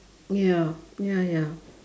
ya ya ya